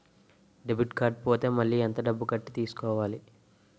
Debit card పోతే మళ్ళీ ఎంత డబ్బు కట్టి తీసుకోవాలి?